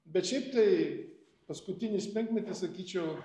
bet šiaip tai paskutinis penkmetis sakyčiau